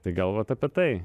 tai galvot apie tai